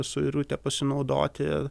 suirute pasinaudoti